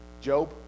Job